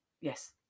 Yes